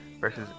versus